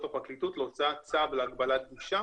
הפרקליטות להוצאת צו להגבלת גישה.